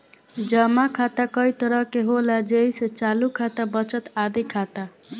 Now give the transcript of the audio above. जमा खाता कई तरह के होला जेइसे चालु खाता, बचत खाता आदि